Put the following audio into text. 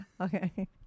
Okay